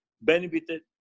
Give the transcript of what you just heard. benefited